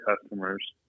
customers